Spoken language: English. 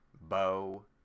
Bow